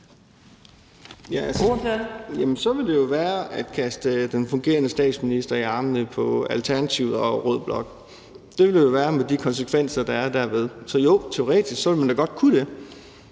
så ville det jo være at kaste den fungerende statsminister i armene på Alternativet og rød blok. Det ville det jo være med de konsekvenser, der er ved det. Så jo, teoretisk ville man da godt kunne gøre